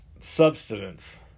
substance